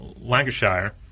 Lancashire